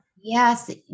Yes